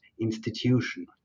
institution